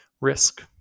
Risk